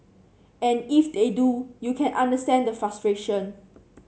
and if they do you can understand the frustration